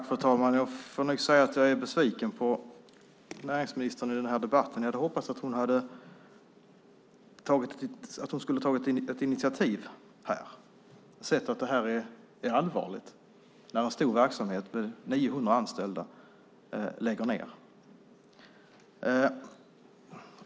Fru talman! Jag är besviken på näringsministern i den här debatten. Jag hade hoppats att hon skulle ha tagit ett initiativ och sett att det är allvarligt när en stor verksamhet med 900 anställda läggs ned.